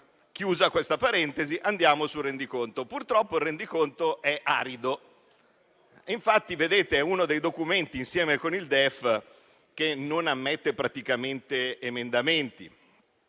chiusa questa parentesi, andiamo sul rendiconto. Purtroppo il rendiconto è arido. È uno dei documenti, insieme con il DEF, che non ammette praticamente emendamenti.